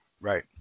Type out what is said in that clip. right